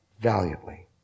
valiantly